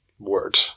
word